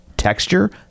Texture